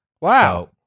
Wow